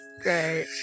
Great